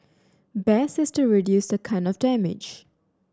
best is to reduce the kind of damage